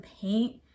paint